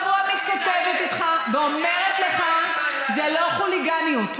השבוע מתכתבת איתך, ואומרת לך: זה לא חוליגניות.